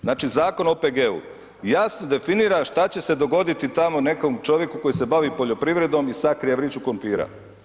Znači Zakon o OPG-u jasno definira što će se dogoditi tamo nekom čovjeku koji se bavi poljoprivredom i sakrije vreću krumpira.